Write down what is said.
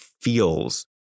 feels